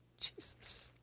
Jesus